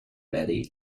betty